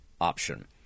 option